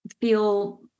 feel